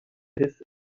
his